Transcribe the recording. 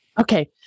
Okay